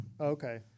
Okay